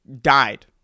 died